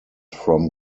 from